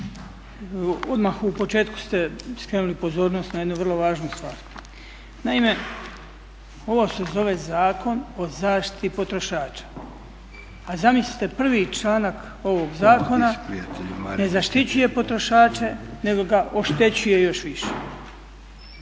odmah u početku ste skrenuli pozornost na jednu vrlo važnu stvar. Naime, ovo se zove Zakon o zaštiti potrošača. A zamislite prvi članak ovog zakona ne zaštićuje potrošače, nego ga oštećuje još više.